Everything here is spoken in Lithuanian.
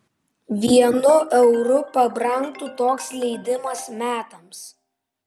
vienu euru pabrangtų toks leidimas metams